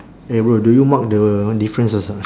eh bro do you mark the difference or not